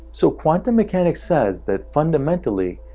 so quantum mechanics says that fundamentally,